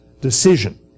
decision